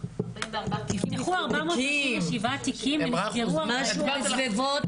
נפתחו 437 תיקים ונסגרו 44. בסביבות